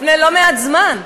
לפני מעט זמן.